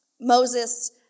Moses